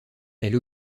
elle